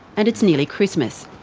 and it's nearly christmas.